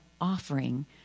offering